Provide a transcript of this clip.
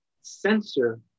censor